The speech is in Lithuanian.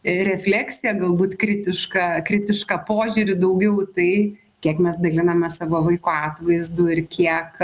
e refleksija galbūt kritišką kritišką požiūrį daugiau į tai kiek mes daliname savo vaiko atvaizdų ir kiek